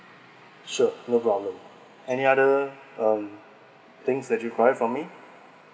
sure no problem any other um things that you require from me